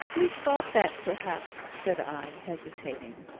we thought that, perhaps, said i, hesitating,